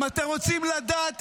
מה זה צריך להיות?